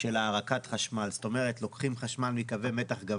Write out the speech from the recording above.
אם בית יחובר לחשמל על פי חוק,